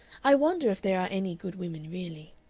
i wonder if there are any good women really.